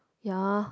yeah